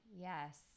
Yes